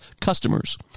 customers